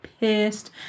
pissed